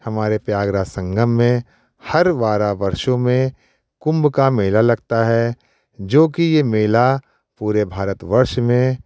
हमारे प्रयागराज संगम में हर बारह वर्षों में कुम्भ का मेला लगता है जो की ये मेला पूरे भारत वर्ष में